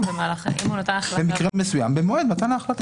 במקרה מסוים במועד מתן ההחלטה.